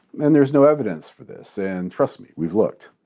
and there is no evidence for this. and trust me we've looked.